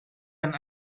and